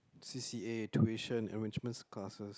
C_C_A tuition enrichment classes